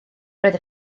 roedd